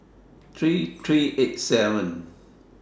three three eight seven